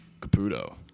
Caputo